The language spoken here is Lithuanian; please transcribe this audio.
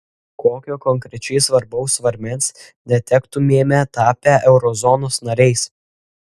kokio konkrečiai svarbaus svarmens netektumėme tapę eurozonos nariais